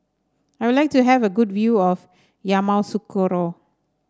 I would like to have a good view of Yamoussoukro